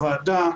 בוועדה,